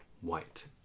white